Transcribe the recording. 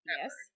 yes